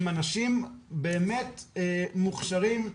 עם אנשים באמת מוכשרים,